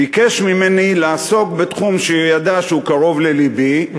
ביקש ממני לעסוק בתחום שהוא ידע שהוא קרוב ללבי,